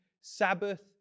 Sabbath